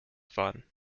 fun